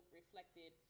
reflected